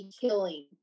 killing